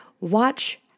watch